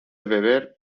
beber